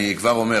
אני כבר אומר,